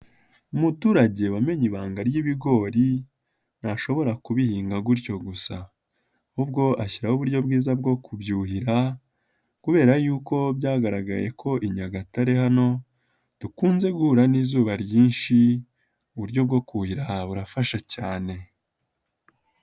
Umuturage wamenye ibanga ry'ibigori, ntashobora kubihinga gutyo gusa. Ahubwo ashyiraho uburyo bwiza bwo kubyuhira kubera yuko byagaragaye ko i Nyagatare hano dukunze guhura n'izuba ryinshi, uburyo bwo kuhira burafasha cyane.